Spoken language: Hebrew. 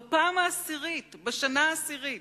בפעם העשירית, בשנה העשירית,